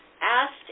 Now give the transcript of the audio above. asked